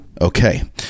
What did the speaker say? Okay